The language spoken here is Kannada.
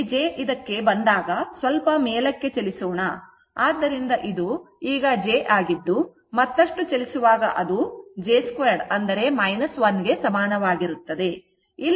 ಇದು j ಇದಕ್ಕೆ ಬಂದಾಗ ಸ್ವಲ್ಪ ಮೇಲಕ್ಕೆ ಚಲಿಸೋಣ ಆದ್ದರಿಂದ ಈ ಇದು ಈಗ j ಆಗಿದ್ದು ಮತ್ತಷ್ಟು ಚಲಿಸುವಾಗ ಅದು j 2 1 ಗೆ ಸಮಾನವಾಗಿರುತ್ತದೆ